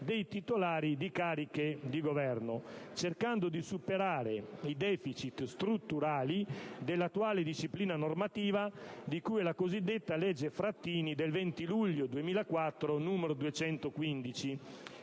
dei titolari di cariche di governo, cercando di superare i deficit strutturali dell'attuale disciplina normativa, di cui alla cosiddetta legge Frattini del 20 luglio 2004, n. 215.